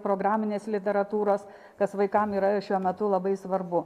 programinės literatūros kas vaikam yra šiuo metu labai svarbu